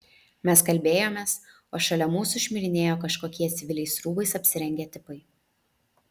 mes kalbėjomės o šalia mūsų šmirinėjo kažkokie civiliais rūbais apsirengę tipai